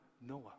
Noah